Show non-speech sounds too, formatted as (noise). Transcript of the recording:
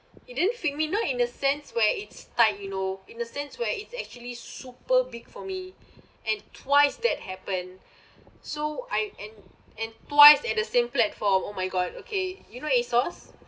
it didn't fit me not in the sense where it's tight you know in the sense where it's actually super big for me and twice that happened (breath) so I and and twice at the same platform oh my god okay you know asos